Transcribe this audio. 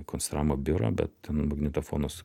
konstravimo biurą bet ten magnetofonas